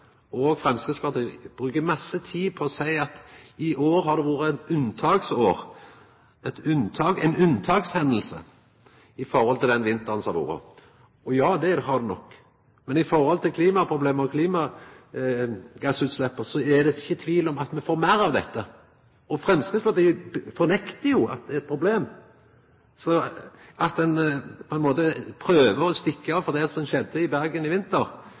og Framstegspartiet bruker masse tid på å seia at i år har det vore eit unntaksår, ei unntakshending, med tanke på den vinteren som har vore. Ja, det har det nok, men når det gjeld klimaproblemet og klimagassutsleppa, er det ikkje tvil om at me får meir av dette. Framstegspartiet fornektar jo at det er eit problem, og at ein på ein måte prøver å stikka av frå det som skjedde i Bergen i vinter,